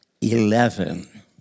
eleven